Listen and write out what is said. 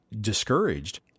discouraged